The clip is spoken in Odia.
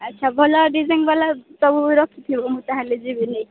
ଆଚ୍ଛା ଭଲ ଡିଜାଇନ୍ ବାଲା ସବୁ ରଖିଥିବ ମୁଁ ତା'ହେଲେ ଯିବିି